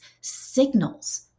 signals